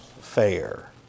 fair